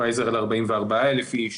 פייזר על 44,000 אנשים,